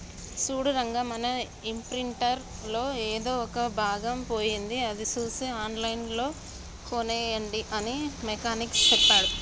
సూడు రంగా మన ఇంప్రింటర్ లో ఎదో ఒక భాగం పోయింది అది సూసి ఆన్లైన్ లో కోనేయండి అని మెకానిక్ సెప్పాడు